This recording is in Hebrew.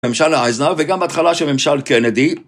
ממשל אייזנר וגם בהתחלה של ממשל קנדי